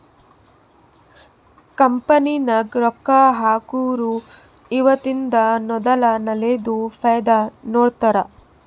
company ನಾಗ್ ರೊಕ್ಕಾ ಹಾಕೊರು ಇವತಿಂದ್ ನೋಡಲ ನಾಳೆದು ಫೈದಾ ನೋಡ್ತಾರ್